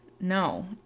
no